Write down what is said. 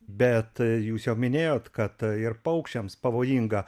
bet jūs jau minėjot kad ir paukščiams pavojinga